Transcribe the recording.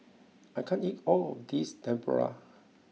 I can't eat all of this Tempura